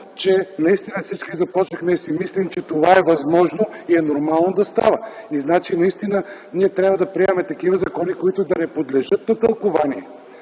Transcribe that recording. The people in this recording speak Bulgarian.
че наистина всички започнахме да си мислим, че това е възможно и е нормално да става. Ние трябва да приемаме такива закони, които да не подлежат на тълкувания.